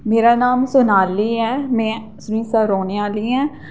मेरा नाम सोनाली ऐ में सरुइंसर रौह्ने आह्ली आं